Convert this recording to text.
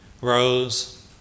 Rose